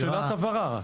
זו רק שאלת הבהרה.